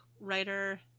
writer